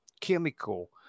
chemical